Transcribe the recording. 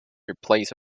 replaced